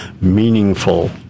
meaningful